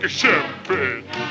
champagne